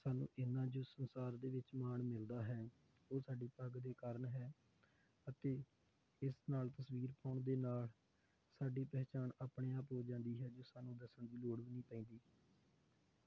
ਸਾਨੂੰ ਇੰਨਾਂ ਜੋ ਸੰਸਾਰ ਦੇ ਵਿੱਚ ਮਾਣ ਮਿਲਦਾ ਹੈ ਉਹ ਸਾਡੀ ਪੱਗ ਦੇ ਕਾਰਨ ਹੈ ਅਤੇ ਇਸ ਨਾਲ ਤਸਵੀਰ ਪਾਉਣ ਦੇ ਨਾਲ ਸਾਡੀ ਪਹਿਚਾਣ ਆਪਣੇ ਆਪ ਹੋ ਜਾਂਦੀ ਹੈ ਜੋ ਸਾਨੂੰ ਦੱਸਣ ਦੀ ਲੋੜ ਵੀ ਨਹੀਂ ਪਏਗੀ